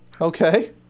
Okay